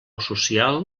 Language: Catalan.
social